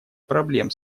проблем